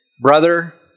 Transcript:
brother